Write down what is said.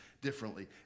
differently